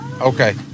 Okay